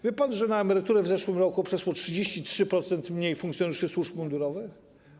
Wie pan, że na emeryturę w zeszłym roku przeszło 33% mniej funkcjonariuszy służb mundurowych?